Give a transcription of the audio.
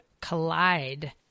collide